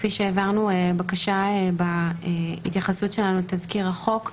כפי שהעברנו בקשה בהתייחסות שלנו לתזכיר החוק,